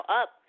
up